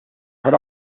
put